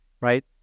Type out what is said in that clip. right